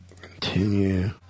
Continue